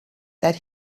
that